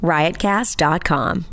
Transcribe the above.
Riotcast.com